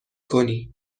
کنی